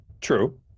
True